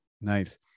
Nice